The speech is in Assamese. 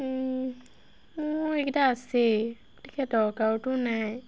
মোৰ এইকেইটা আছে গতিকে দৰকাৰোতো নাই